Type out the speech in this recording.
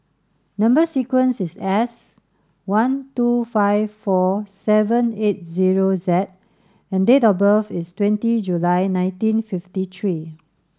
number sequence is S one two five four seven eight zero Z and date of birth is twenty July nineteen fifty three